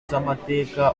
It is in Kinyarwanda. z’amateka